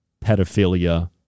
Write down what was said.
pedophilia